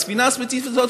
בספינה הספציפית הזאת,